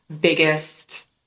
biggest